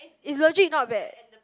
it's legit not bad